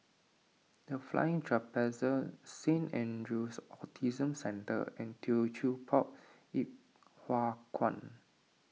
the Flying Trapeze Saint andrew's Autism Centre and Teochew Poit Ip Huay Kuan